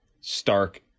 stark